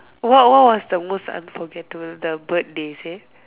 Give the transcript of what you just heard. what what was the most unforgettable the bird they say